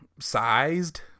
sized